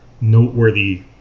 noteworthy